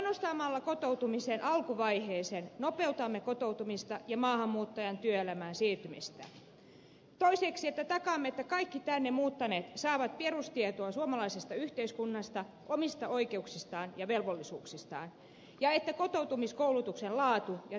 panostamalla kotoutumisen alkuvaiheeseen nopeutamme kotoutumista ja maahanmuuttajan työelämään siirtymistä toiseksi takaamme että kaikki tänne muuttaneet saavat perustietoa suomalaisesta yhteiskunnasta omista oikeuksistaan ja velvollisuuksistaan ja kotoutumiskoulutuksen laatu ja teho paranevat